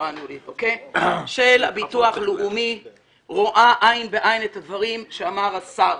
של הביטוח הלאומי רואה עין בעין את הדברים שאמר השר.